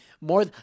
more